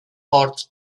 ports